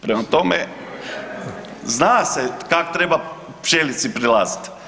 Prema tome, zna se kak treba pčelici prilazit.